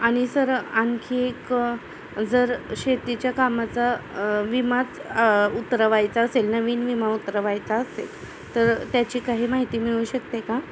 आणि सर आणखी एक जर शेतीच्या कामाचा विमाच उतरवायचा असेल नवीन विमा उतरवायचा असेल तर त्याची काही माहिती मिळू शकते का